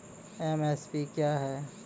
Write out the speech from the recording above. MSP क्या है?